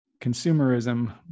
consumerism